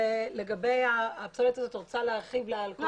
לגבי הפסולת הזאת, את רוצה להרחיב על כל